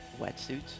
wetsuits